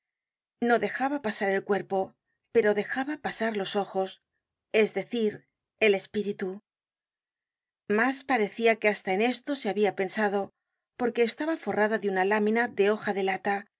no dejaba pasar el cuerpo pero dejaba pasar los ojos es decir el espíritu mas parecia que hasta en esto se habia pensado porque estaba forrada de una lámina de hoja de lata